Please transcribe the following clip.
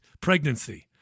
pregnancy